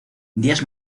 días